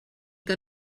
que